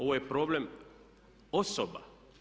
Ovo je problem osoba.